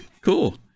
cool